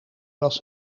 was